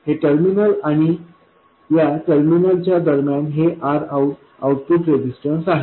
हे टर्मिनल आणि या टर्मिनलच्या दरम्यान हे Rout आउटपुट रेझिस्टन्स आहे